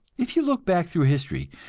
if you look back through history,